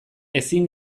ezin